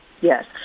Yes